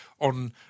on